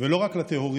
ולא רק לטהורים,